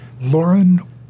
Lauren